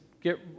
get